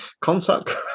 contact